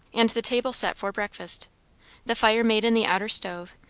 and the table set for breakfast the fire made in the outer stove,